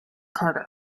carter